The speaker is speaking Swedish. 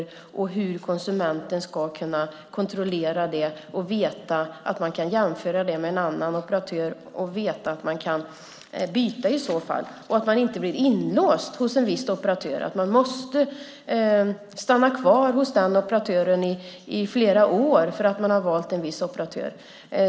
Det handlar om hur konsumenten ska kunna kontrollera det. Man ska veta att man kan jämföra det med en annan operatör och byta i så fall. Man ska inte bli inlåst hos en viss operatör och vara tvungen att stanna kvar hos den operatören i flera år för att man har valt en viss operatör.